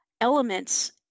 elements